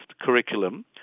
curriculum